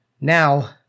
Now